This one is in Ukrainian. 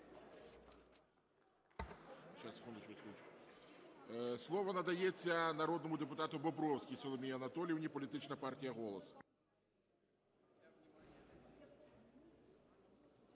Слово надається народному депутату Бобровській Соломії Анатоліївні, політична партія "Голос".